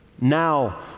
now